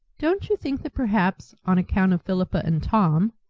don't you think that perhaps, on account of philippa and tom,